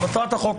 מטרת החוק